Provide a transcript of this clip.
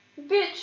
Bitch